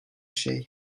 şey